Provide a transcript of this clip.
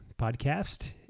podcast